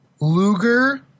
Luger